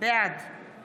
בעד